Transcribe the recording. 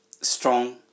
strong